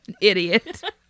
Idiot